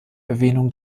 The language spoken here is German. erwähnung